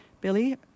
Billy